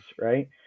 right